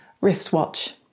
wristwatch